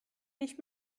nicht